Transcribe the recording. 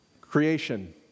Creation